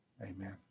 Amen